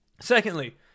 Secondly